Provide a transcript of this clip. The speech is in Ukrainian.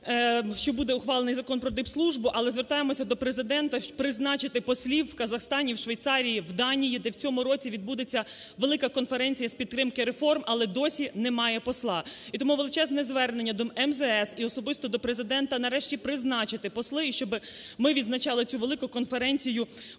що буде ухвалений Закон проДипслужбу. Але звертаємося до Президента призначити послів в Казахстані, в Швейцарії, в Данії, де в цьому році відбудеться Велика конференція з підтримки реформ, але досі немає посла. І тому величезне звернення до МЗС і особисто до Президента нарешті призначити послів і щоб ми відзначали цю велику конференцію,